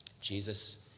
Jesus